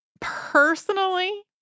Personally